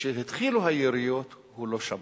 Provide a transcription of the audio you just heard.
כשהתחילו היריות, הוא לא שמע.